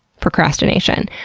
procrastination.